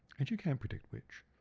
and you can't predict which.